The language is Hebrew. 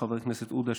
חבר הכנסת עודה,